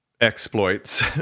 exploits